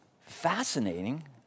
fascinating